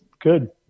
good